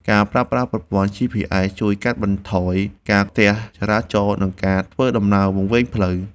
ការប្រើប្រាស់ប្រព័ន្ធ GPS ជួយកាត់បន្ថយការស្ទះចរាចរណ៍ និងការធ្វើដំណើរវង្វេងផ្លូវ។